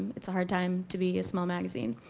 it's a hard time to be a small magazine.